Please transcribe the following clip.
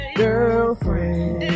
girlfriend